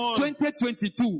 2022